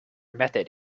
method